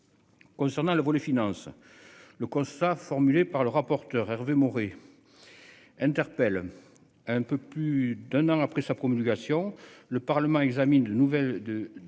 Concernant le volet finances. Le constat formulé par le rapporteur Hervé Maurey. Interpelle. Un peu plus d'un an après sa promulgation le parlement examine de nouvelles de,